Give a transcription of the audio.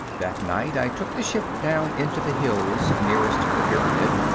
that night i took the ship down into the hills nearest the pyramid,